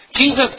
Jesus